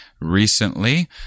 recently